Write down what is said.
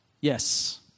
Yes